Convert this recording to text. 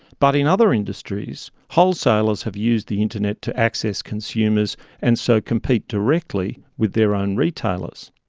but in other industries, wholesalers have used the internet to access consumers and so compete directly with their own retailers.